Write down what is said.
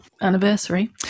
anniversary